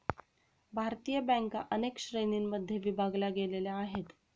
भारतीय बँका अनेक श्रेणींमध्ये विभागल्या गेलेल्या आहेत